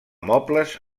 mobles